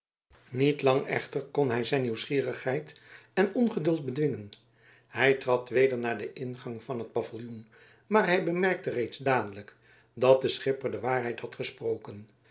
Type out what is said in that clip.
niet lang echter kon hij zijn nieuwsgierigheid en ongeduld bedwingen hij trad weder naar den ingang van het paviljoen maar hij bemerkte reeds dadelijk dat de schipper de waarheid had gesproken